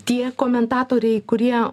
tie komentatoriai kurie